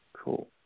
cool